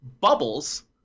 bubbles